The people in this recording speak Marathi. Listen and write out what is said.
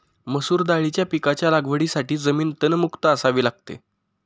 मसूर दाळीच्या पिकाच्या लागवडीसाठी जमीन तणमुक्त असावी लागते